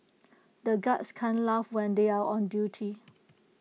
the guards can't laugh when they are on duty